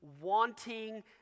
wanting